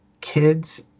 kids